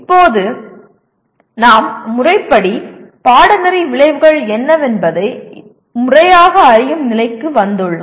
இப்போது நாம் முறைப்படி பாடநெறி விளைவுகள் என்னவென்பதை முறையாக அறியும் நிலைக்கு வந்துள்ளோம்